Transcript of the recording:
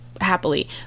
happily